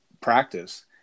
practice